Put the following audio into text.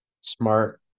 Smart